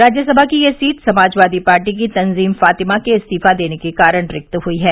राज्यसभा की यह seat Samajwadi party की तंजीम फातिमा के इस्तीफा देने के कारण रिक्त हुई है